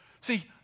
See